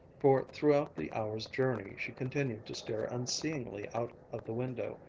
for throughout the hour's journey she continued to stare unseeingly out of the window,